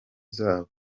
zabo